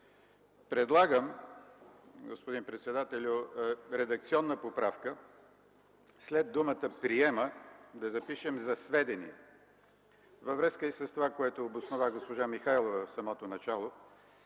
председателю, предлагам редакционна поправка – след думата „приема”, да запишем „за сведение”, във връзка и с това, което обоснова госпожа Михайлова в самото начало,